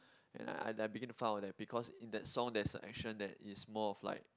and I I began to find out because in that song there's an action that is more of like